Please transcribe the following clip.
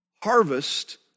harvest